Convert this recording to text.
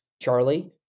Charlie